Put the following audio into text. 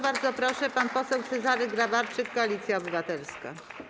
Bardzo proszę, pan poseł Cezary Grabarczyk, Koalicja Obywatelska.